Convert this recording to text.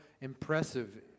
impressive